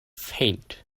faint